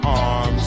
arms